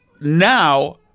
now